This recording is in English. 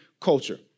culture